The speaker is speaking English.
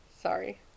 Sorry